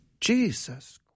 Jesus